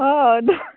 हय